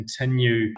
continue